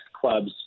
clubs